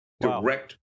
direct